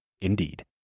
Indeed